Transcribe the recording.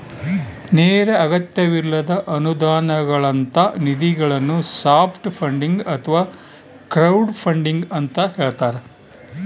ನೇರ ಅಗತ್ಯವಿಲ್ಲದ ಅನುದಾನಗಳಂತ ನಿಧಿಗಳನ್ನು ಸಾಫ್ಟ್ ಫಂಡಿಂಗ್ ಅಥವಾ ಕ್ರೌಡ್ಫಂಡಿಂಗ ಅಂತ ಹೇಳ್ತಾರ